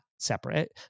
Separate